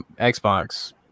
Xbox